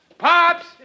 Pops